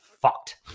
fucked